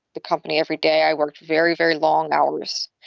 the company every day, i worked very, very long hours.